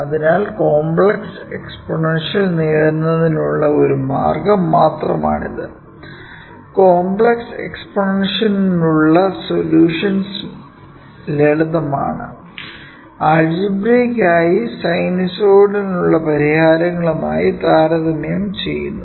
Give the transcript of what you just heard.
അതിനാൽ complex exponential നേടുന്നതിനുള്ള ഒരു മാർഗ്ഗം മാത്രമാണിത് കോംപ്ലക്സ് എക്സ്പോണൻഷ്യലിനുള്ള സൊല്യൂഷൻസ് ലളിതമാണ് അൾജിബ്രൈക് ആയി സൈനസോയ്ഡലിനുള്ള പരിഹാരങ്ങളുമായി താരതമ്യം ചെയ്യുന്നു